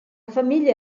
famiglia